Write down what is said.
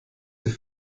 die